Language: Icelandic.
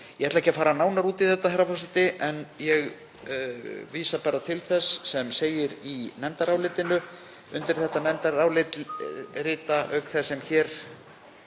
Ég ætla ekki að fara nánar út í þetta, herra forseti, en ég vísa til þess sem segir í nefndarálitinu. Undir nefndarálitið rita auk þess sem hér